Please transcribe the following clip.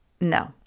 No